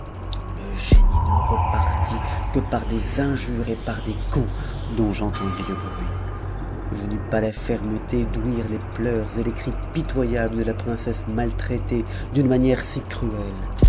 le génie ne repartit que par des injures et par des coups dont j'entendis le bruit je n'eus pas la fermeté d'ouïr les pleurs et les cris pitoyables de la princesse maltraitée d'une manière si cruelle